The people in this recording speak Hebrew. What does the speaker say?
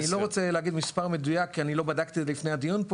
אני לא רוצה להגיד מספר מדויק כי לא בדקתי לפני הדיון,